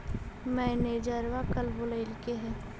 मैनेजरवा कल बोलैलके है?